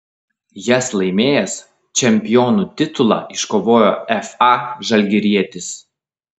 jas laimėjęs čempionų titulą iškovojo fa žalgirietis